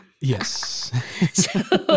Yes